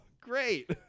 Great